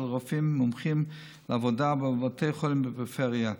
רופאים מומחים לעבודה בבתי חולים בפריפריה.